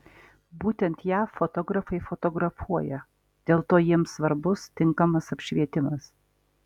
būtent ją fotografai fotografuoja dėl to jiems svarbus tinkamas apšvietimas